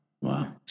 Wow